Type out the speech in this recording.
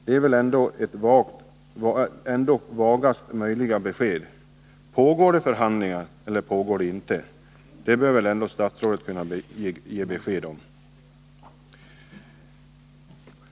Det är väl ändå vagaste möjliga besked! Pågår det förhandlingar, eller pågår det inte? Det bör väl statsrådet kunna ge besked om.